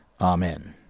Amen